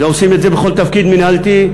ועושים את זה בכל תפקיד מינהלתי,